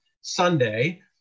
Sunday